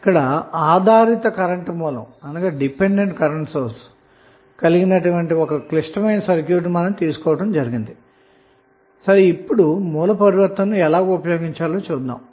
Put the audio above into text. ఇప్పుడు ఆధారిత current source కలిగిన ఒక క్లిష్టమైన సర్క్యూట్ ను తీసుకొని సోర్స్ ట్రాన్స్ఫర్మేషన్ నువర్తింపచేద్దాము